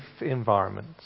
environment